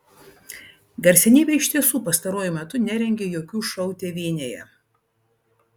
garsenybė iš tiesų pastaruoju metu nerengė jokių šou tėvynėje